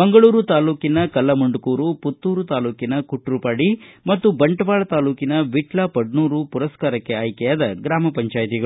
ಮಂಗಳೂರು ತಾಲ್ಲೂಕಿನ ಕಲ್ಲಮುಂಡ್ಕೂರು ಪುತ್ತೂರು ತಾಲ್ಲೂಕಿನ ಕುಟ್ರುಪಾಡಿ ಮತ್ತು ಬಂಟ್ವಾಳ ತಾಲ್ಲೂಕಿನ ವಿಟ್ಲ ಪಡ್ನೂರು ಪುರಸ್ಥಾರಕ್ಕೆ ಆಯ್ಕೆಯಾದ ಗ್ರಾಮ ಪಂಚಾಯ್ತಿಗಳು